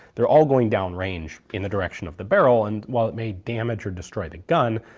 they're all going downrange in the direction of the barrel and, while it may damage or destroy the gun,